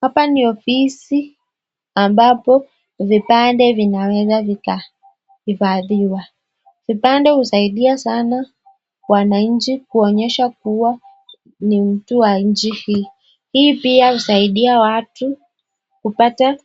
Hapa ni ofisi ambapo vipande vinaweza vikahadhibiwa. Vipande husaidia sana wananchi kuonyesha kuwa ni mtu wa nchi hii. Hii pia husaidia watu kupata